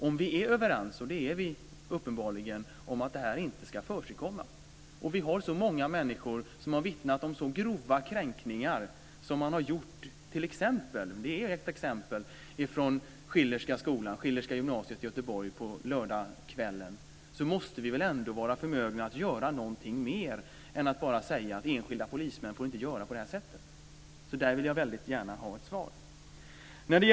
Om vi är överens - och det är vi uppenbarligen - om att detta inte ska förekomma och eftersom vi har så många människor som har vittnat om så grova kränkningar som man har gjort, t.ex. från Schillerska gymnasiet i Göteborg på lördagskvällen, så måste vi väl ändå vara förmögna att göra något mer än att bara säga att enskilda polismän inte får göra på det här sättet? Jag vill gärna ha ett svar på det.